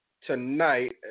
tonight